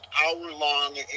hour-long